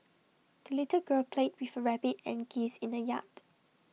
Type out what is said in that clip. the little girl played with her rabbit and geese in the yard